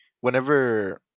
whenever